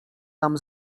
tam